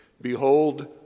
behold